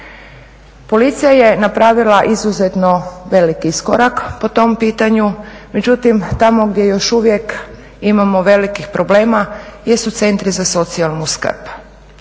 Policija je napravila izuzetno velik iskorak po tom pitanju, međutim tamo gdje još uvijek imamo velikih problema jesu centri za socijalnu skrb.